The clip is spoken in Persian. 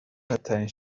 بدترین